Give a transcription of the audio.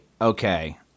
okay